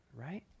right